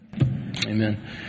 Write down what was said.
Amen